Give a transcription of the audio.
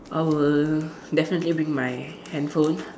I will definitely bring my handphone